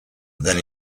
than